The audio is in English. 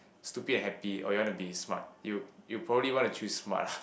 stupid happy or you want to be smart you you probably want to choose smart